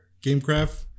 Gamecraft